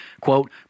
quote